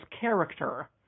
character